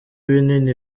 binini